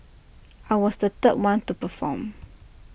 I was the third one to perform